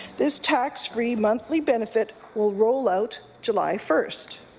this tax-free monthly benefit will roll out july first.